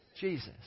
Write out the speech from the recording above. Jesus